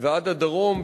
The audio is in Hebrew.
ועד הדרום,